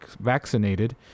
vaccinated